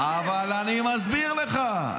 אבל אני מסביר לך.